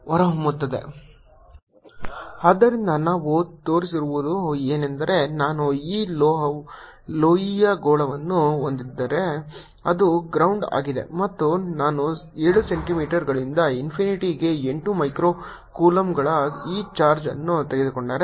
0 Joules ಆದ್ದರಿಂದ ನಾವು ತೋರಿಸಿರುವುದು ಏನೆಂದರೆ ನಾನು ಈ ಲೋಹೀಯ ಗೋಳವನ್ನು ಹೊಂದಿದ್ದರೆ ಅದು ಗ್ರೌಂಡ್ ಆಗಿದೆ ಮತ್ತು ನಾನು 7 ಸೆಂಟಿಮೀಟರ್ಗಳಿಂದ ಇನ್ಫಿನಿಟಿಗೆ 8 ಮೈಕ್ರೋ ಕೂಲಂಬ್ಗಳ ಈ ಚಾರ್ಜ್ ಅನ್ನು ತೆಗೆದುಕೊಂಡರೆ